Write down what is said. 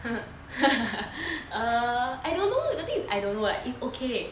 err I don't know the thing is I don't know lah it's okay